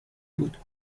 بود